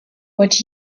what